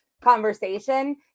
conversation